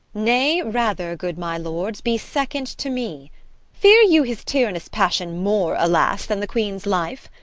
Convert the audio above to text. nay, rather, good my lords, be second to me fear you his tyrannous passion more, alas, than the queen's life?